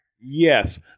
Yes